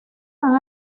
han